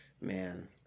Man